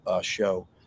show